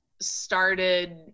started